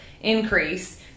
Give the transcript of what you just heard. increase